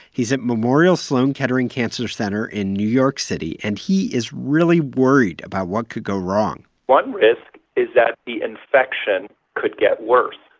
he's at memorial sloan kettering cancer center in new york city, and he is really worried about what could go wrong one risk is that the infection could get worse.